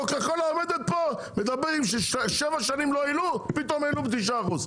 קוקה קולה עומדת פה מדברים ששבע שנים לא העלו פתאום העלו ב-9%.